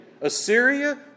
Assyria